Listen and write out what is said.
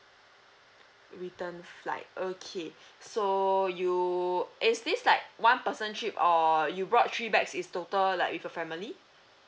return flight okay so you is this like one person trip or you brought three bags is total like with a family